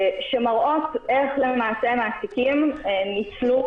שמראות איך מעסיקים ניצלו,